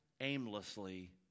aimlessly